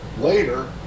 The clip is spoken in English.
Later